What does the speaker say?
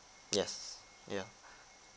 yes yeah